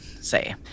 say